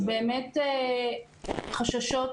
החששות